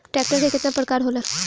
Tractor के केतना प्रकार होला?